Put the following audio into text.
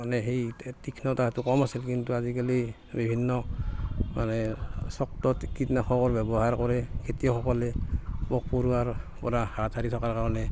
মানে সেই তীক্ষ্ণতাটো কম আছিল কিন্তু আজিকালি বিভিন্ন মানে চক্ত কীটনাশকৰ ব্যৱহাৰ কৰে খেতিয়কসকলে পোক পৰুৱাৰ পৰা হাত সাৰি থকাৰ কাৰণে